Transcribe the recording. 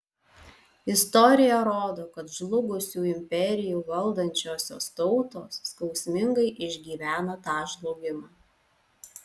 istorija rodo kad žlugusių imperijų valdančiosios tautos skausmingai išgyvena tą žlugimą